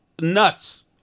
nuts